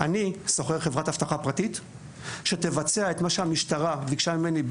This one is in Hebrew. אני שוכר חברת אבטחה פרטית שתבצע את מה שהמשטרה ביקשה ממני,